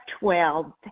12